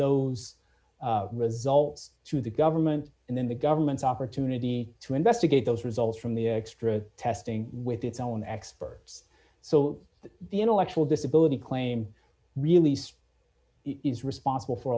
those results to the government and then the government's opportunity to investigate those results from the extra testing with its own experts so that the intellectual disability claim released is responsible for